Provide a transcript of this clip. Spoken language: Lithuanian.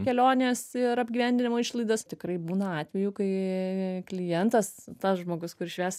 kelionės ir apgyvendinimo išlaidas tikrai būna atvejų kai klientas tas žmogus kuris švęs